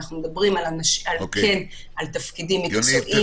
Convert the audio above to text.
אנחנו מדברים על תפקידים מקצועיים,